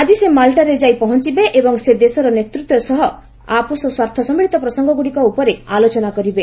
ଆଜି ସେ ମାଲ୍ଟାରେ ଯାଇ ପହଞ୍ଚବେ ଏବଂ ସେଦେଶର ନେତୃତ୍ୱ ସହ ଆପୋଷ ସ୍ୱାର୍ଥ ସମ୍ଭଳିତ ପ୍ରସଙ୍ଗଗୁଡ଼ିକ ଉପରେ ଆଲୋଚନା କରିବେ